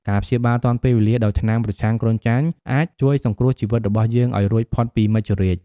ការព្យាបាលទាន់ពេលវេលាដោយថ្នាំប្រឆាំងគ្រុនចាញ់ អាចជួយសង្គ្រោះជីវិតរបស់យើងឲ្យរួចពីមច្ចុរាជ។